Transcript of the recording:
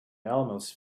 almost